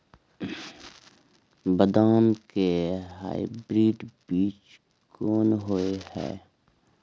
बदाम के हाइब्रिड बीज कोन होय है?